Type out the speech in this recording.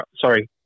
sorry